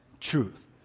truth